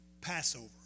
Passover